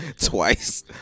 twice